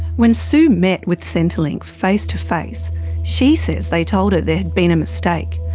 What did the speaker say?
when sue met with centrelink face to face she says they told her there had been a mistake,